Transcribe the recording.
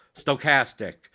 stochastic